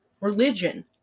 religion